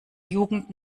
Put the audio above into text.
jugend